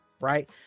Right